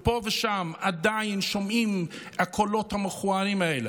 פה ושם עדיין שומעים את הקולות המכוערים האלה,